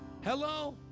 Hello